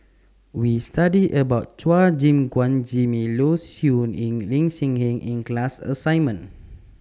We studied about Chua Gim Guan Jimmy Low Siew Nghee and Lee Hee Seng in The class assignment